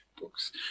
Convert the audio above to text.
books